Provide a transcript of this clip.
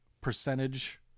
percentage